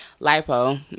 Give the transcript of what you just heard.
Lipo